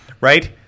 right